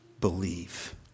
believe